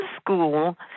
school